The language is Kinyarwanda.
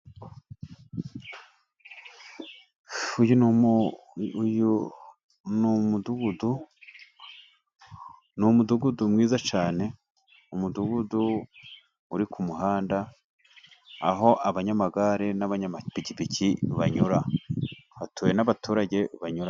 Uyu ni umudugudu mwiza cyane, umudugudu uri ku muhanda aho abanyamagare n'abanyamapikipiki banyura hatuwe n'abaturage banyuranye.